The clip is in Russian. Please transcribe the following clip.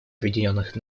объединенных